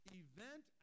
event